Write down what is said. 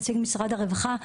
נציג משרד הרווחה,